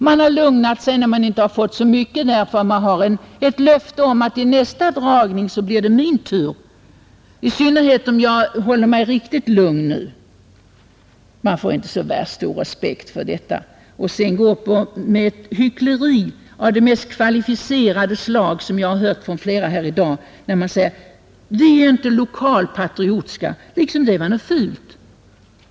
Man har lugnat sig när man inte fått så mycket, därför att man har fått löfte: i nästa dragning blir det min tur, i synnerhet om jag håller mig riktigt lugn nu. Man får inte så värst stor respekt för detta, Sedan visar man upp ett hyckleri av det mest kvalificerade slag, som jag hört från flera här i dag. Man säger: Vi är inte lokalpatriotiska! Liksom om detta vore något fult.